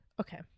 Okay